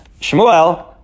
Shmuel